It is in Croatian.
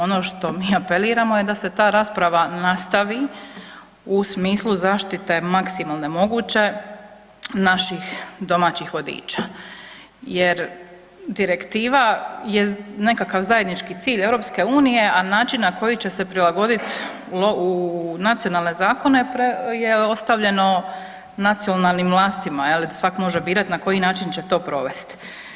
Ono što mi apeliramo je da se ta rasprava nastavi u smislu zaštite maksimalne moguće naših domaćih vodiča jer direktiva je nekakav zajednički cilj EU-a a način na koji će se prilagodit u nacionalne zakone je ostavljeno nacionalnim vlastima, je li, da svak može birat na koji način će to provest.